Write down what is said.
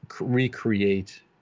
recreate